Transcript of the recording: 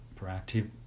proactive